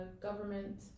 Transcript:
government